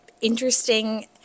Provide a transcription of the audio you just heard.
interesting